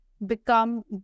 become